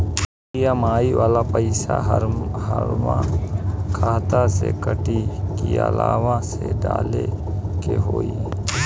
EMI वाला पैसा हाम्रा खाता से कटी की अलावा से डाले के होई?